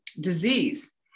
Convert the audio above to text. disease